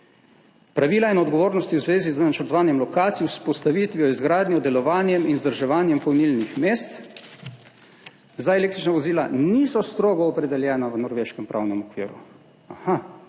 »Pravila in odgovornosti v zvezi z načrtovanjem lokacij, vzpostavitvijo, izgradnjo, delovanjem in vzdrževanjem polnilnih mest za električna vozila niso strogo opredeljena v norveškem pravnem okviru.«